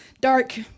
dark